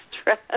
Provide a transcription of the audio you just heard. stress